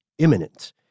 imminent